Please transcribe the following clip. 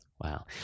Wow